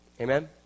Amen